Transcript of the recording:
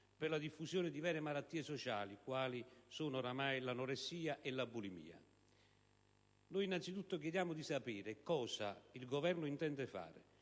per la diffusione di vere malattie sociali, quali sono ormai l'anoressia e la bulimia. Innanzitutto, chiediamo di sapere cosa il Governo intende fare